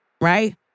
right